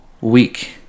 week